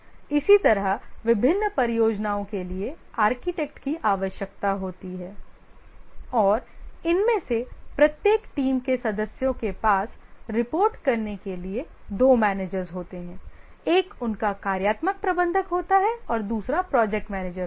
इसी तरह विभिन्न परियोजनाओं के लिए आर्किटेक्ट की आवश्यकता होती है और इनमें से प्रत्येक टीम के सदस्यों के पास रिपोर्ट करने के लिए दो managers होते हैं एक उनका कार्यात्मक प्रबंधक होता है और दूसरा प्रोजेक्ट मैनेजर होता है